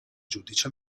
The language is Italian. giudici